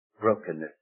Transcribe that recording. brokenness